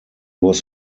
was